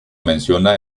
menciona